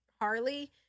Harley